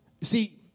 See